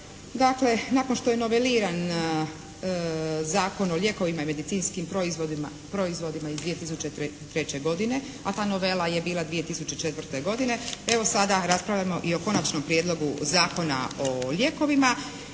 Dakle nakon što je noveliran Zakon o lijekovima i medicinskim proizvodima iz 2003. godine a ta novela je bila 2004. godine evo sada raspravljamo i o Konačnom prijedlogu zakona o lijekovima